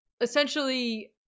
essentially